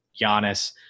Giannis